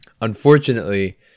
unfortunately